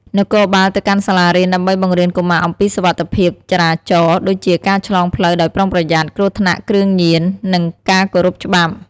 នគរបាលទៅកាន់សាលារៀន ដើម្បីបង្រៀនកុមារអំពីសុវត្ថិភាពចរាចរណ៍ ដូចជាការឆ្លងផ្លូវដោយប្រុងប្រយ័ត្ន គ្រោះថ្នាក់គ្រឿងញៀន និងការគោរពច្បាប់។